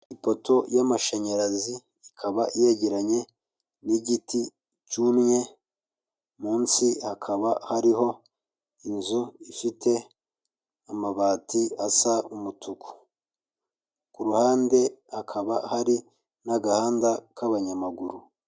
Ipoto y'amashanyarazi ikaba yegeranye n'igiti cyumye munsi hakaba hariho inzu ifite amabati asa umutuku, ku ruhande hakaba hari n'agahanda k'abanyamaguru.